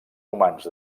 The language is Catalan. romans